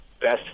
best